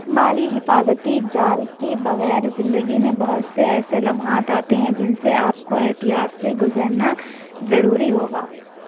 مالی حفاظتی جال کے بغیر زندگی میں بہت سے ایسے لمحات آتے ہیں جن سے آپ کو احتیاط سے گذرنا ضروری ہوگا